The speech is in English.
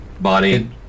body